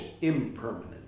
Impermanent